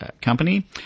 company